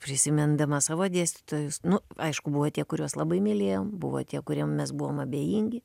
prisimindama savo dėstytojus nu aišku buvo tie kuriuos labai mylėjom buvo tie kuriem mes buvom abejingi